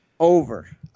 Over